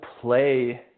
play